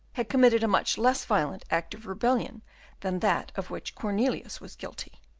had committed a much less violent act of rebellion than that of which cornelius was guilty.